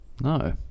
No